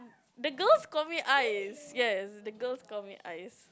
the girls call me Ais yes the girls call me Ais